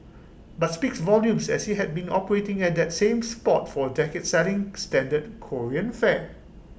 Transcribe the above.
but speaks volumes as IT has been operating at that same spot for A decade selling standard Korean fare